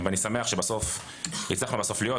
אני שמח שהצלחנו בסוף להיות.